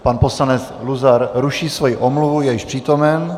Pan poslanec Luzar ruší svoji omluvu, je již přítomen.